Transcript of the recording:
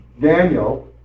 Daniel